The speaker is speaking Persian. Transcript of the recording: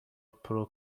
پرو